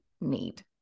need